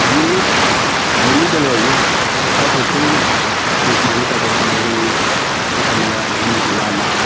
बेनि बेलायावनो दा बेखौ जों थांनो थाखाय समाव जोंनि हान्था मेला जि लामा